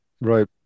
Right